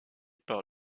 par